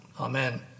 Amen